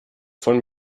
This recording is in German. von